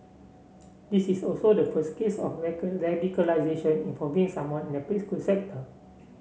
this is also the first case of radicalisation involving someone in the preschool sector